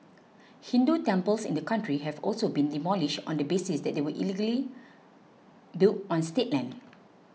Hindu temples in the country have also been demolished on the basis that they were illegally built on state land